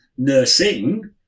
Nursing